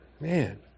man